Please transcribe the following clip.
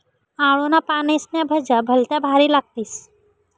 आळूना पानेस्न्या भज्या भलत्या भारी लागतीस